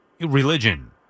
religion